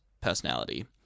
personality